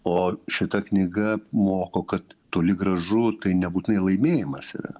o šita knyga moko kad toli gražu tai nebūtinai laimėjimas yra